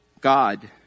God